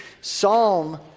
Psalm